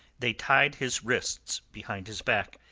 they tied his wrists behind his back,